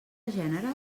gènere